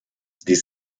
des